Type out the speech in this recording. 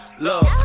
love